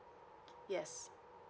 yes